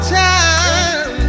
time